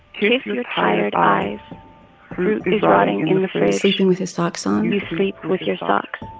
kiss your tired eyes. fruit is rotting in sleeping with his socks on you sleep with your socks